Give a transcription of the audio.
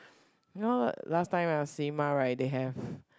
you know last time our cinema right they have